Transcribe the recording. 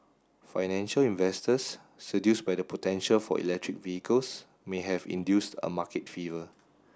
financial investors seduced by the potential for electric vehicles may have induced a market fever